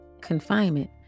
confinement